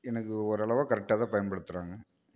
ஓரளவாக கரெக்டாக பயன்படுத்துறாங்க